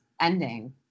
ending